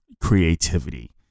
creativity